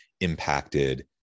impacted